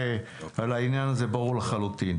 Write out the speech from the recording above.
זה ברור לחלוטין.